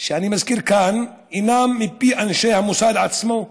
שאני מזכיר כאן הינם מפי אנשי המוסד עצמו,